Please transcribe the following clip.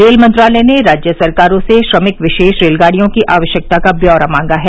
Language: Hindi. रेल मंत्रालय ने राज्य सरकारों से श्रमिक विशेष रेलगाड़ियों की आवश्यकता का व्यौरा मांगा है